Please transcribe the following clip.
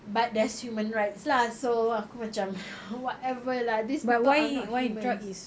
but there's human rights lah so aku macam whatever lah this people are not humans